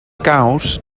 caus